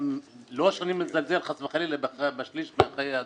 לא שאני מזלזל חס וחלילה בשליש מחיי אדם,